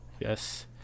Yes